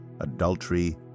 adultery